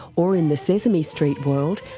or, in the sesame street world,